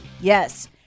Yes